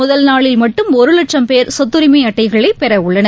முதல் நாளில் மட்டும் ஒரு லட்சும் பேர் சொத்தரிமை அட்டைகளை பெற உள்ளனர்